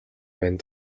байна